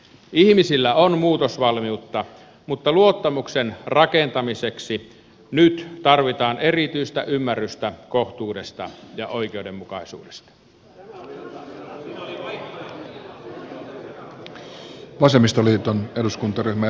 ihmisillä on muutosvalmiutta mutta luottamuksen rakentamiseksi nyt tarvitaan erityistä ymmärrystä kohtuudesta ja oikeudenmukaisuudesta